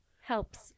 helps